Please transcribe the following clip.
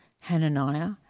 Hananiah